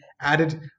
added